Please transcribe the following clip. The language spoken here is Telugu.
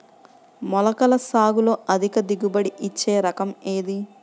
మొలకల సాగులో అధిక దిగుబడి ఇచ్చే రకం ఏది?